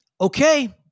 okay